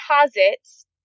deposits